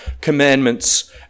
commandments